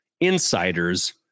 insiders